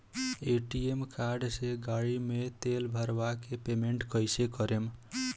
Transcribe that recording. ATM card से गाड़ी मे तेल भरवा के पेमेंट कैसे करेम?